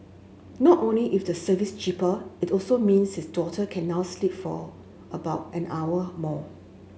not only is the service cheaper it also means his daughter can now sleep for about an hour more